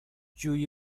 جویی